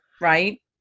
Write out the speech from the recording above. right